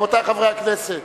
רבותי חברי הכנסת,